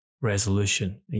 resolution